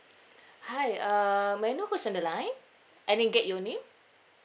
hi uh may I know who's on the line I didn't get your name